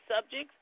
subjects